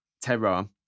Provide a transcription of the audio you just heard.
Terra